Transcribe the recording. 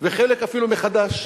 וחלק אפילו מחד"ש.